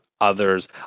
others